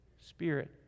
Spirit